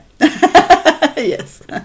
yes